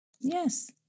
Yes